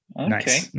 Okay